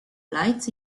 lights